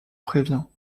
préviens